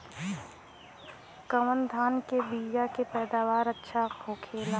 कवन धान के बीया के पैदावार अच्छा होखेला?